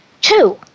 Two